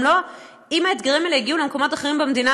אם האתגרים האלה יגיעו למקומות אחרים במדינה,